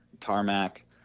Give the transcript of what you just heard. tarmac